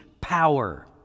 power